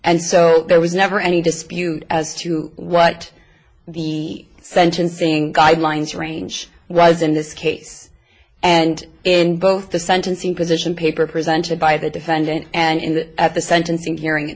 and so there was never any dispute as to what the sentencing guidelines range was in this case and in both the sentencing position paper presented by the defendant and at the sentencing hearing